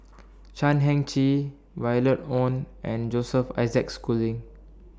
Chan Heng Chee Violet Oon and Joseph Isaac Schooling